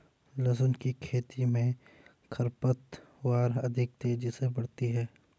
लहसुन की खेती मे खरपतवार अधिक तेजी से बढ़ती है